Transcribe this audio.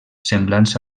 semblants